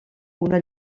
una